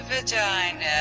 vagina